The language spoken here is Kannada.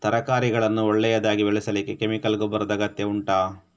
ತರಕಾರಿಗಳನ್ನು ಒಳ್ಳೆಯದಾಗಿ ಬೆಳೆಸಲಿಕ್ಕೆ ಕೆಮಿಕಲ್ ಗೊಬ್ಬರದ ಅಗತ್ಯ ಉಂಟಾ